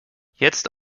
jetzt